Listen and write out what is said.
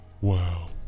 Wow